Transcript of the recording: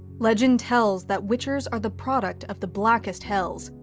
legend tells that witchers are the product of the blackest hells,